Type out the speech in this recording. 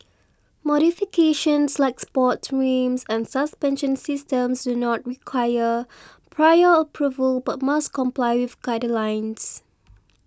modifications like sports rims and suspension systems do not require prior approval but must comply with guidelines